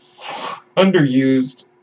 underused